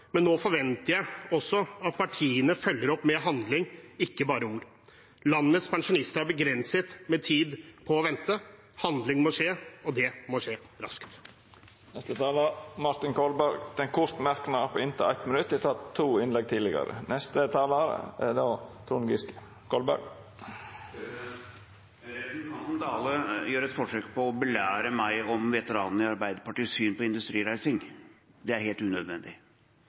men nå forventer jeg også at partiene følger opp med handling, ikke bare ord. Landets pensjonister har begrenset med tid til å vente, handling må til, og det må skje raskt. Representanten Martin Kolberg har hatt ordet to gonger tidlegare og får ordet til ein kort merknad, avgrensa til 1 minutt. Representanten Dale gjør et forsøk på å belære meg om veteranene i Arbeiderpartiets syn på industrireising. Det er helt unødvendig.